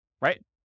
Right